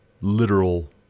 literal